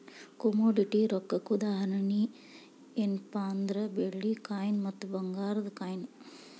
commodity ರೊಕ್ಕಕ್ಕ ಉದಾಹರಣಿ ಯೆನ್ಪಾ ಅಂದ್ರ ಬೆಳ್ಳಿ ಕಾಯಿನ್ ಮತ್ತ ಭಂಗಾರದ್ ಕಾಯಿನ್